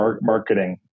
marketing